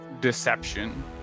deception